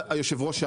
היושב ראש,